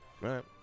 right